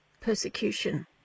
persecution